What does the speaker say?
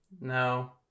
No